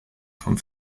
vom